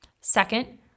Second